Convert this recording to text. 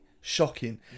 shocking